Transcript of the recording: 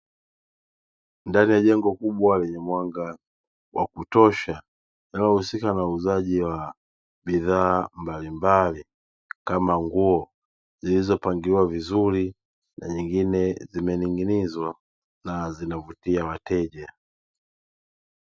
Ndani ya jengo kubwa lenye mwanga wa kutosha, linalohusika na uuzaji wa bidhaa mbalimbali kama nguo zilizopangiliwa vizuri, na nyingine zimening'inizwa na zinavutia wateja.